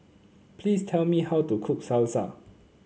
please tell me how to cook Salsa